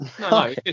No